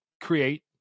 create